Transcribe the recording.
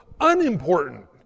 unimportant